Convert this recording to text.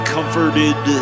Comforted